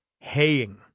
Haying